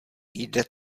jde